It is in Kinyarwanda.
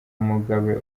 mugabe